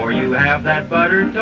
you have that button